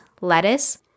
lettuce